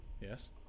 yes